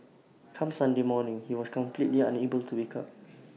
come Sunday morning he was completely unable to wake up